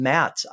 Matt